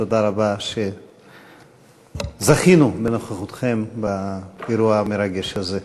תודה רבה שזכינו בנוכחותכם באירוע המרגש הזה.